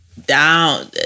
Down